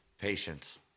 Patience